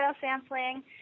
sampling